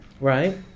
right